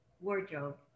wardrobe